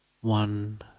one